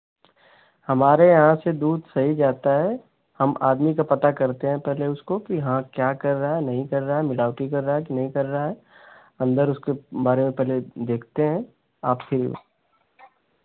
हमारे यहाँ से दूध सही जाता है हम आदमी का पता करते हैं पहले उसको कि हाँ क्या कर रहा है नहीं कर रहा है मिलावटी कर रहा है कि नहीं कर रहा है अंदर उसके बारे में पहले देखते हैं आपसे